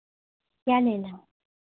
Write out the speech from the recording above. क्या लेना है